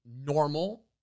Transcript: normal